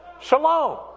Shalom